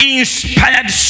inspired